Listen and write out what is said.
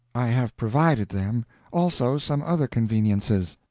i have provided them also some other conveniences.